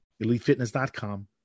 elitefitness.com